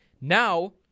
Now